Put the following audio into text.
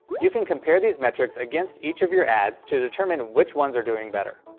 you can compare these metrics against each of your ads to determine which ones are doing better.